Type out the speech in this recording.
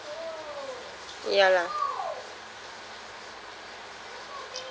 ya lah